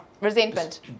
resentment